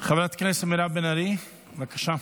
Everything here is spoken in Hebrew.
חברת הכנסת מירב בן ארי, בבקשה.